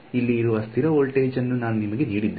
ಇಲ್ಲಿ ಇರುವ ಸ್ಥಿರ ವೋಲ್ಟೇಜ್ ಅನ್ನು ನಾನು ನಿಮಗೆ ನೀಡಿದ್ದೇನೆ